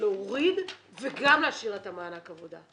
להוריד וגם להשאיר לה את מענק העבודה.